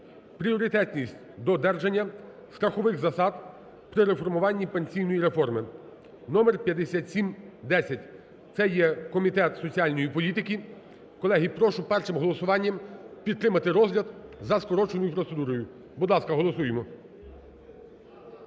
"Пріоритетність додержання страхових засад при реформуванні пенсійної системи" (№5710). Це є Комітет соціальної політики. Колеги, прошу першим голосуванням підтримати розгляд за скороченою процедурою. Будь ласка, голосуємо.